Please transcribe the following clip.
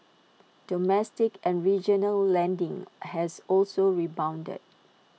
domestic and regional lending has also rebounded